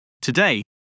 Today